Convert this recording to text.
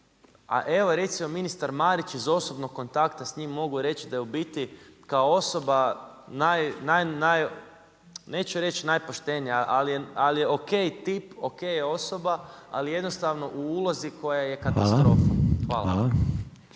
a evo recimo ministar Marić iz osobnog kontakta s njim, mogu reći da je u biti kao osoba, neću reći najpoštenija, ali je ok tip, ok je osoba, ali jednostavno u ulozi koja je katastrofa. Hvala.